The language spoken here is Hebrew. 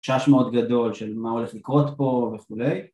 חשש מאוד גדול של מה הולך לקרות פה וכו'